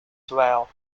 well